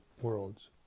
worlds